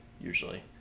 usually